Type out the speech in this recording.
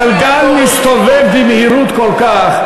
והגלגל מסתובב במהירות רבה כל כך,